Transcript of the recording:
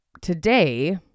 today